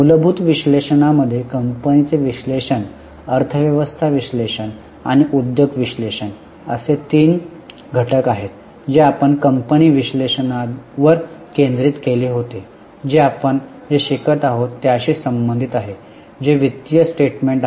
मूलभूत विश्लेषणामध्ये कंपनीचे विश्लेषण अर्थव्यवस्था विश्लेषण आणि उद्योग विश्लेषण असे तीन घटक आहेत जे आपण कंपनी विश्लेषणावर केंद्रित केले होते जे आपण जे शिकत आहोत त्याशी संबंधित आहे जे वित्तीय स्टेटमेंट आहे